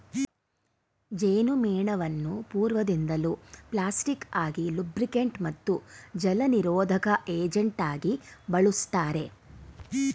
ಜೇನುಮೇಣವನ್ನು ಪೂರ್ವದಿಂದಲೂ ಪ್ಲಾಸ್ಟಿಕ್ ಆಗಿ ಲೂಬ್ರಿಕಂಟ್ ಮತ್ತು ಜಲನಿರೋಧಕ ಏಜೆಂಟಾಗಿ ಬಳುಸ್ತಾರೆ